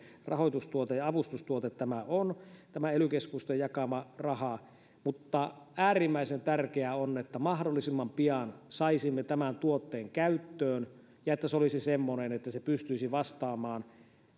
rahoitustuote ja avustustuote tämä ely keskusten jakama raha on mutta äärimmäisen tärkeää on että mahdollisimman pian saisimme tämän tuotteen käyttöön ja että se olisi semmoinen että se pystyisi vastaamaan